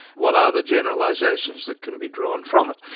what are the generalisations that can be drawn from it.